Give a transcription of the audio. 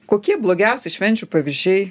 kokie blogiausi švenčių pavyzdžiai